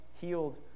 healed